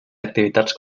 activitats